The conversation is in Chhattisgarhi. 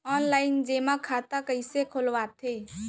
ऑनलाइन जेमा खाता कइसे खोलवाथे?